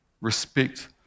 respect